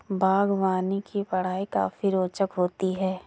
बागवानी की पढ़ाई काफी रोचक होती है